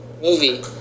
movie